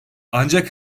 ancak